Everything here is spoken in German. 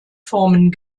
formen